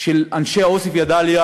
של אנשי עוספיא, דאליה